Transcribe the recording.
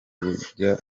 rujya